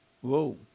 Whoa